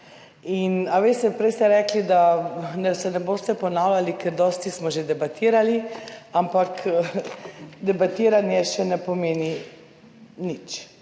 svojci. Prej ste rekli, da se ne boste ponavljali, ker smo dosti že debatirali, ampak debatiranje še ne pomeni nič.